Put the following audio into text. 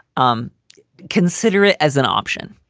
um consider it as an option.